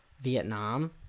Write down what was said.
vietnam